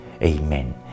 Amen